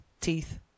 teeth